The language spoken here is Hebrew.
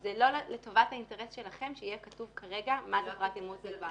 זה לא לטובת האינטרס שלכם שיהיה כתוב כרגע מה זה פרט אימות מוגבר.